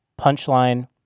punchline